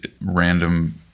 random